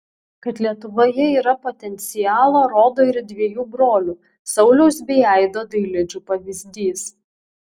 kad lietuvoje yra potencialo rodo ir dviejų brolių sauliaus bei aido dailidžių pavyzdys